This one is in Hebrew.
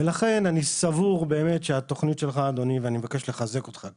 לכן, אני סבור שהתוכנית שלך, אדוני,